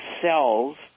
cells